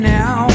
now